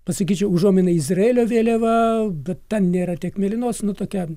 pasakyčiau užuomina į izraelio vėliavą bet ten nėra tiek mėlynos nu tokia